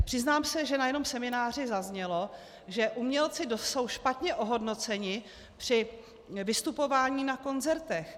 Přiznám se, že na jednom semináři zaznělo, že umělci jsou špatně ohodnoceni při vystupování na koncertech.